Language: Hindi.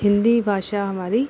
हिंदी भाषा हमारी